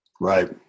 right